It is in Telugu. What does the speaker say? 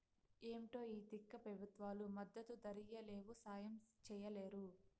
ఏంటో ఈ తిక్క పెబుత్వాలు మద్దతు ధరియ్యలేవు, సాయం చెయ్యలేరు